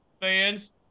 fans